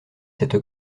cette